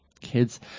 kids